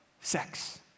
Sex